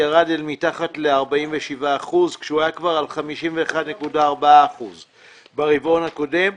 ירד אל מתחתל-47 אחוזים כשהוא היה כבר על 51.4 אחוזי ברבעון הקודם.